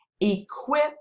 equip